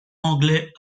anglais